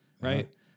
Right